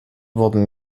wurden